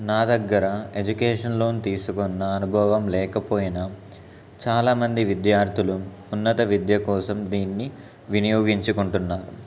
నా దగ్గర education loan తీసుకున్న అనుభవం లేకపోయినా చాలామంది విద్యార్థులు ఉన్నత విద్య కోసం దీన్ని వినియోగించుకుంటున్నారు